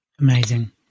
amazing